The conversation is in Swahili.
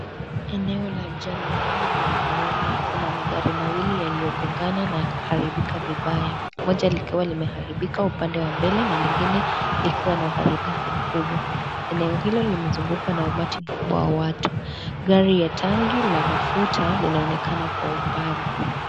Eneo la ajali mbaya barabarani, kuna magari mawili yaliyogongana na kuharibika vibaya, moja likiwa limeharibika upande wa mbele na lingine likiwa na uharibifu mkubwa, eneo hilo limezungukwa na umati mkubwa wa watu, gari la tanki la mafuta linaonekana kwa umbali.